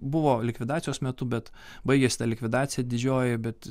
buvo likvidacijos metu bet baigės ta likvidacija didžioji bet